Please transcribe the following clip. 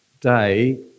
day